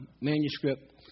manuscript